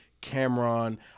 Cameron